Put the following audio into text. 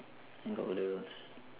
think got O levels